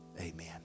Amen